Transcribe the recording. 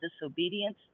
disobedience